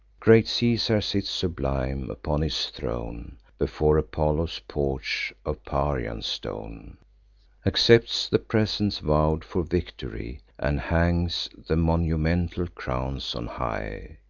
great caesar sits sublime upon his throne, before apollo's porch of parian stone accepts the presents vow'd for victory, and hangs the monumental crowns on high.